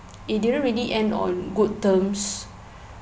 it didn't really end on good terms